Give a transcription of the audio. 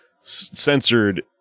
censored